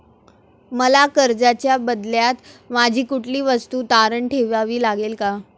मला कर्जाच्या बदल्यात माझी कुठली वस्तू तारण ठेवावी लागेल का?